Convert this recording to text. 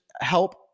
help